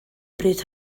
bryd